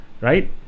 right